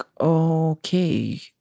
okay